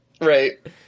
Right